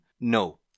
No